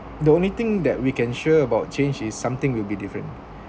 the only thing that we can sure about change is something will be different